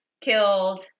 killed